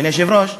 אדוני היושב-ראש?